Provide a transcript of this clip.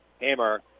Hammer